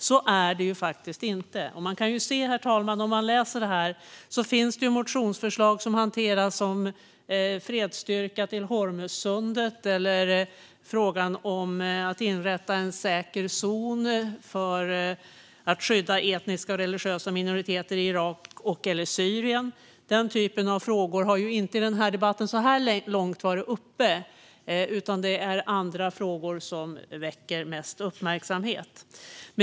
Så är det faktiskt inte. Man kan se, herr talman, om man läser betänkandet att det finns motionsförslag om fredsstyrka till Hormuzsundet och om att inrätta en säker zon för att skydda etniska och religiösa minoriteter i Irak och Syrien. Den typen av frågor har så här långt inte varit uppe i den här debatten. Det är andra frågor som väcker mest uppmärksamhet.